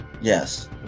Yes